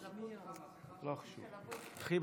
חברות וחברי הכנסת,